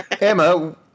Emma